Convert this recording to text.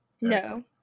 No